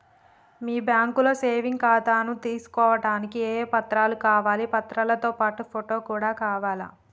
మీ బ్యాంకులో సేవింగ్ ఖాతాను తీసుకోవడానికి ఏ ఏ పత్రాలు కావాలి పత్రాలతో పాటు ఫోటో కూడా కావాలా?